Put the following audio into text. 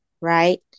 right